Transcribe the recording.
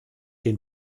den